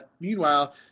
meanwhile